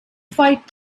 fight